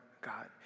God